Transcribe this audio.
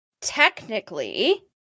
technically